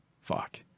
Fuck